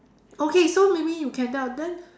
okay so maybe you can tell then